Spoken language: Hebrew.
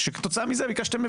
במצב הזה למה למשל עולה שאני